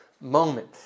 moment